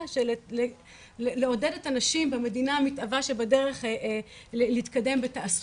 של לעודד את הנשים במדינה המתהווה שבדרך להתקדם בתעסוקה.